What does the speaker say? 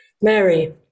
Mary